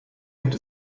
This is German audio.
gibt